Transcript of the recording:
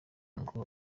ngo